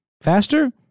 faster